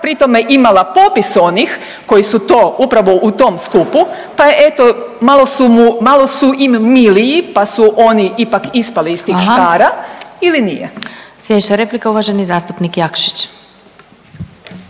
pri tome imala popis onih koji su to upravo u tom skupu, pa je eto malo su im miliji pa su oni ipak ispali iz tih škara ili nije? **Glasovac, Sabina